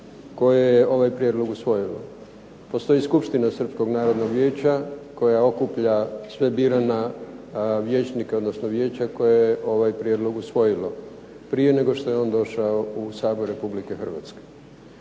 koje je ovaj prijedlog usvojilo. Postoji skupština srpskog narodnog vijeća koja okuplja sve birana vijećnika, odnosno vijeća koje je ovaj prijedlog usvojilo prije nego što je on došao u Sabor RH.